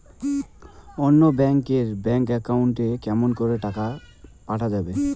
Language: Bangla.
অন্য ব্যাংক এর ব্যাংক একাউন্ট এ কেমন করে টাকা পাঠা যাবে?